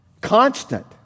Constant